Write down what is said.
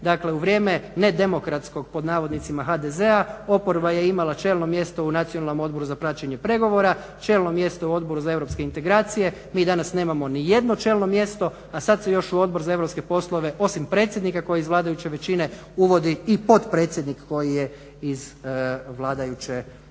Dakle, u vrijeme "nedemokratskog" pod navodnicima HDZ-a oporba je imala čelno mjesto u nacionalnom Odboru za praćenje pregovora, čelno mjesto u Odboru za europske integracije. Mi danas nemamo ni jedno čelno mjesto a sada se još u Odbor za europske poslove osim predsjednika koji je iz vladajuće većine uvodi i potpredsjednik koji je iz vladajuće